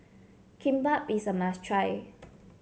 kimbap is a must try